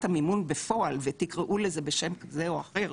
המימון בפועל ותקראו לזה בשם כזה או אחר,